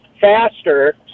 faster